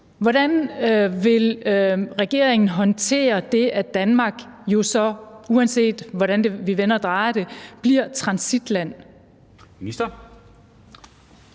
Hvordan vil regeringen håndtere det, at Danmark jo så, uanset hvordan vi vender og drejer det, bliver transitland? Kl.